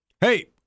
Hey